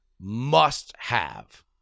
must-have